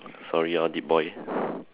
sorry ah deep boy